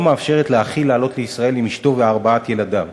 מאפשרת לאחי לעלות לישראל עם אשתו וארבעת ילדיו.